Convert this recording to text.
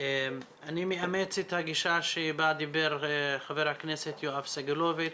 אני מאמץ את הגישה שבה דיבר חבר הכנסת יואב סגלוביץ,